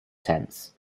tense